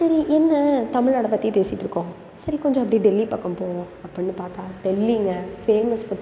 சரி என்ன தமிழ்நாட்ட பற்றியே பேசிட்டுருக்கோம் சரி கொஞ்சம் அப்படியே டெல்லி பக்கம் போவோம் அப்படின்னு பார்த்தா டெல்லிங்க ஃபேமஸ் ஃபுட்